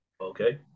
Okay